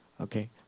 Okay